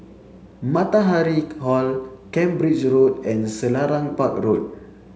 Matahari Hall Cambridge Road and Selarang Park Road